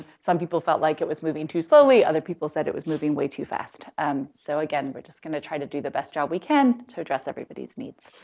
some people felt like it was moving too slowly, other people said it was moving way too fast. um, so again, we're just gonna try to do the best job we can to address everybody's needs.